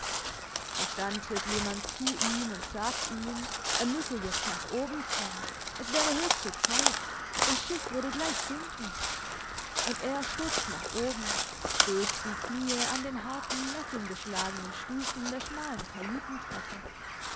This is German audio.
und dann tritt jemand zu ihm und sagt ihm er müsse jetzt nach oben kommen es wäre höchste zeit das schiff würde gleich sinken und er stürzt nach oben stösst die knie an den harten messingbeschlagenen stufen der schmalen